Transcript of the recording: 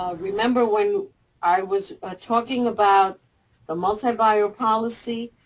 remember when i was talking about the multi-buyer policy?